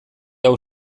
hau